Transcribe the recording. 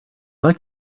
like